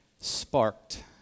sparked